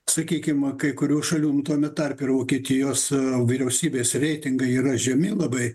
sakykim a kai kurių šalių nu tame tarpe ir vokietijos vyriausybės reitingai yra žemi labai